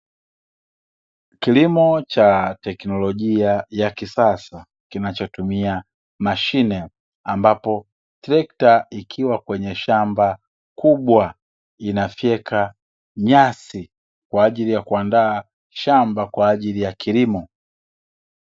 Kilimo cha teknolojia ya kisasa kinachotumia mashine, ambapo trekta ikiwa kwenye shamba kubwa inafyeka nyasi kwa ajili ya kuandaa shamba kwa ajili ya kilimo.